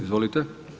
Izvolite.